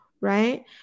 right